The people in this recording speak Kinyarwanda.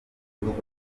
igihugu